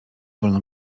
wolno